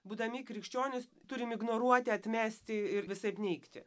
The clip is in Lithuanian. būdami krikščionys turim ignoruoti atmesti ir visaip neigti